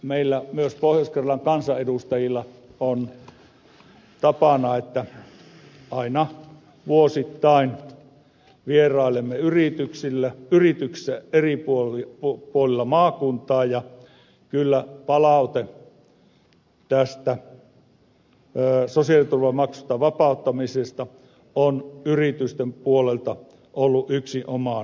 meillä myös pohjois karjalan kansanedustajilla on tapana että aina vuosittain vierailemme yrityksissä eri puolilla maakuntaa ja kyllä palaute tästä sosiaaliturvamaksusta vapauttamisesta on yritysten puolelta ollut yksinomaan positiivinen